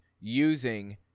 using